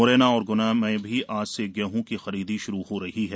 मुरैना और गुना में भी आज से गेहूं की खरीदी शुरू हो रही है